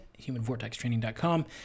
humanvortextraining.com